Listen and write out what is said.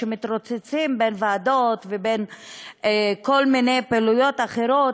שמתרוצצים בין ועדות ובין כל מיני פעילויות אחרות,